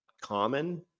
common